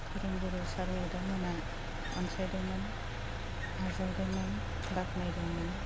फोरोंगुरु सार मेडाममोना अनसायदोंमोन आजावदोंमोन बाख्नायदोंमोन